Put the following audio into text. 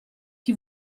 chi